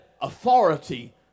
authority